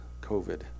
covid